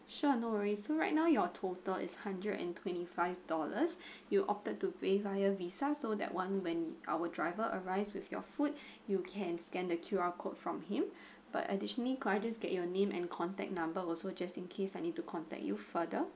sure no worries so right now your total is hundred and twenty five dollars you opted to pay via visa so that one when our driver arrives with your food you can scan the Q_R code from him but additionally can I just get your name and contact number also just in case I need to contact you further